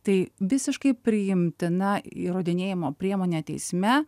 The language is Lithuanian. tai visiškai priimtina įrodinėjimo priemonė teisme